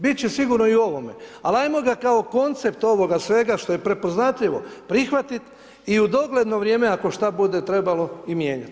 Bit će sigurno i u ovome, ali ajmo ga kao koncept ovoga svega što je prepoznatljivo prihvatiti i u dogledno vrijeme ako šta bude trebalo i mijenjati.